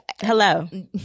Hello